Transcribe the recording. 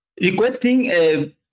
Requesting